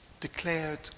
declared